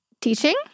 teaching